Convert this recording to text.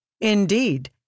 Indeed